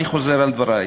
אני חוזר על דברי,